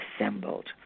assembled